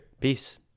Peace